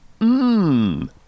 Mmm